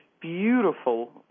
beautiful